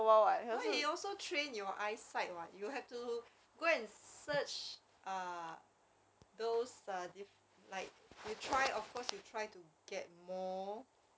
no he also train your eyesight what you have to go and search ah those like ah diff~ you try of course you try to get more